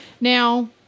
Now